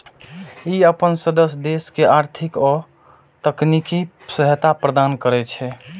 ई अपन सदस्य देश के आर्थिक आ तकनीकी सहायता प्रदान करै छै